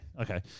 Okay